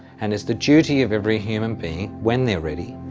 and it's the duty of every human being, when there're ready.